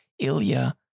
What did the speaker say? Ilya